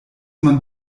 man